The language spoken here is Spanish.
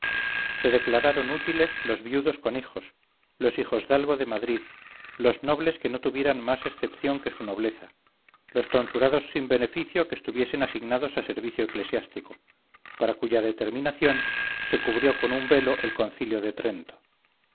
se declararon útiles los viudos con hijos los hijosdalgo de madrid los nobles que no tuvieran más excepción que su nobleza los tonsurados sin beneficio que estuviesen asignados a servicio eclesiástico para cuya determinación se cubrió con un velo el concilio de trento